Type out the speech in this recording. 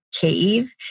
cave